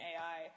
AI